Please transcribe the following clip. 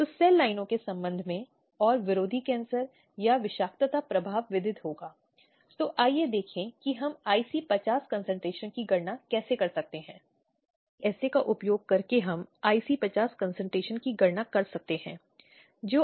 और कई मामलों में यह देखा गया है कि वास्तव में अदालतों ने ऐसे समझौता करने वालों के लिए अनुमति दी है